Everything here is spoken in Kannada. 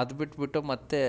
ಅದು ಬಿಟ್ಟುಬಿಟ್ಟು ಮತ್ತೆ